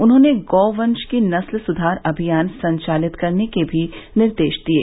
उन्होंने गौवंश की नस्ल सुधार अभियान संचालित करने के भी निर्देश दिये